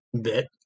bit